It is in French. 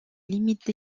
limites